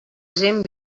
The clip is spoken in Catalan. gent